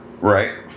Right